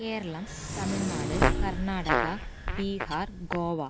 Keralam Tamil Nadu Karnataka Bihar Goa